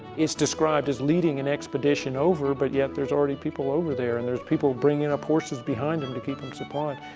it's described as leading an expedition over, but yet there's already people over there, and there's people bringing up horses behind them to keep them supplied.